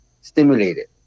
stimulated